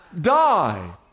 die